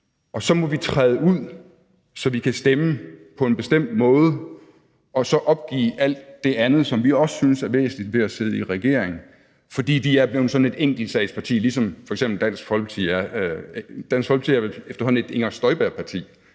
man så måtte træde ud, så man kan stemme på en bestemt måde og så opgive alt det andet, som man også synes er væsentligt ved at sidde i regering, fordi man er blevet sådan et enkeltsagsparti, ligesom f.eks. Dansk Folkeparti er. Dansk Folkeparti